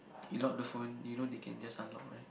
you lock the phone you know they can just unlock right